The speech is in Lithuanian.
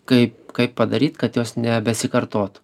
kaip kaip padaryt kad jos nebesikartotų